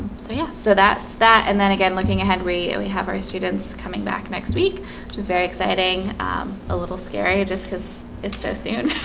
so, yeah, so that's that and then again looking at henry and we have our students coming back next week which is very exciting a little scary just because it's so soon